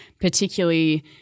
particularly